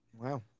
Wow